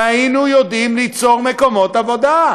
והיינו יודעים ליצור מקומות עבודה.